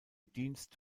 dienst